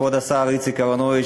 כבוד השר איציק אהרונוביץ,